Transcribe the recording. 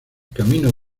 camino